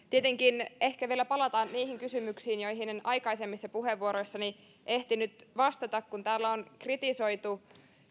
tietenkin ehkä vielä palataan niihin kysymyksiin joihin en aikaisemmissa puheenvuoroissani ehtinyt vastaamaan kun täällä on kritisoitu